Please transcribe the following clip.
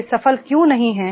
वे सफल क्यों नहीं हैं